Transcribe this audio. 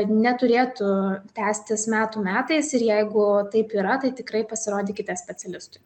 neturėtų tęstis metų metais ir jeigu taip yra tai tikrai pasirodykite specialistui